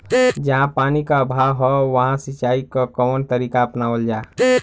जहाँ पानी क अभाव ह वहां सिंचाई क कवन तरीका अपनावल जा?